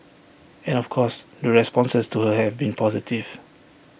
and of course the responses to her have been positive